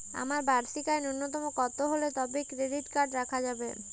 আমার বার্ষিক আয় ন্যুনতম কত হলে তবেই ক্রেডিট কার্ড রাখা যাবে?